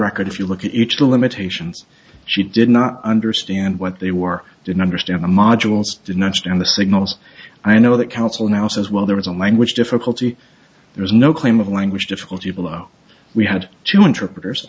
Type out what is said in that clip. record if you look at each of the limitations she did not understand what they were didn't understand the modules didn't understand the signals i know that council now says well there was a language difficulty there is no claim of language difficulty below we had to interpreters an